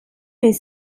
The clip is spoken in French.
est